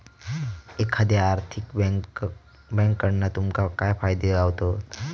एखाद्या आर्थिक बँककडना तुमका काय फायदे गावतत?